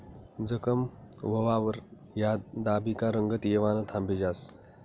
जखम व्हवावर हायद दाबी का रंगत येवानं थांबी जास